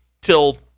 till